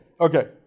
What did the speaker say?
okay